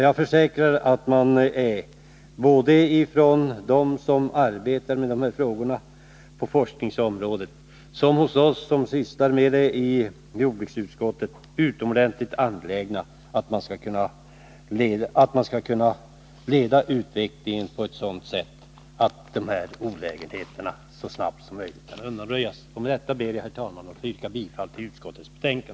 Jag försäkrar att såväl de som på forskningsområdet arbetar med de här frågorna som vi som sysslar med dem i jordbruksutskottet är utomordentligt angelägna om att försöka leda utvecklingen på ett sådant sätt att dessa olägenheter så snart som möjligt skall kunna undanröjas. Med detta ber jag, herr talman, att få yrka bifall till utskottets hemställan.